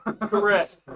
Correct